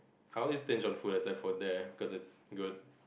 I always stinge on food except for there cause it's good